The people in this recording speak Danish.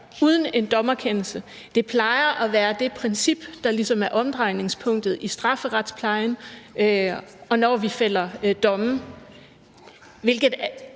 uden en dommerkendelse. Det plejer at være det princip, der ligesom er omdrejningspunktet i strafferetsplejen, og når vi fælder domme.